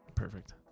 perfect